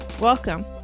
Welcome